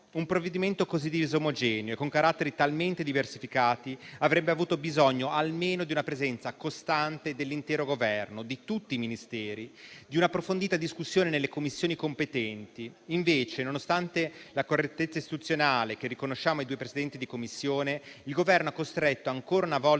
Un provvedimento così disomogeneo e con caratteri talmente diversificati avrebbe avuto bisogno almeno di una presenza costante dell'intero Governo, di tutti i Ministeri, di una approfondita discussione nelle Commissioni competenti. Invece, nonostante la correttezza istituzionale che riconosciamo ai due Presidenti di Commissione, il Governo ha portato ancora una volta